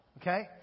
Okay